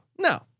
no